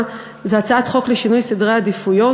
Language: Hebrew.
אותו זה הצעת חוק לשינוי סדרי עדיפויות,